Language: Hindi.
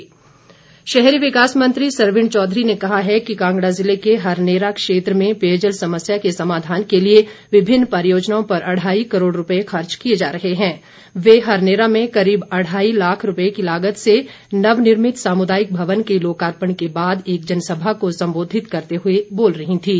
सरवीण शहरी विकास मंत्री सरवीण चौधरी ने कहा है कि कांगड़ा जिले के हरनेरा क्षेत्र में पेयजल समस्या के समाधान के लिए विभिन्न परियोजनाओं पर अढ़ाई करोड़ रूपए खर्च किए जा रहे हैं वे हरनेरा में करीब अढ़ाई लाख रूपए की लागत से नवनिर्मित सामुदायिक भवन के लोकार्पण के दौरान एक जनसभा को सम्बोधित करते हुए बोल रही थीं